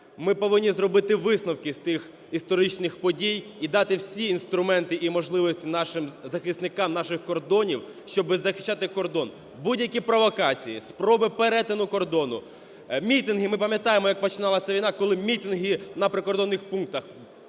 Ми повинні зробити висновки з тих історичних подій і дати всі інструменти і можливості нашим захисникам наших кордонів, щоб захищати кордон. Будь-які провокації, спроби перетину кордону, мітинги, ми пам'ятаємо, як починалася війна, коли мітинги на прикордонних пунктах.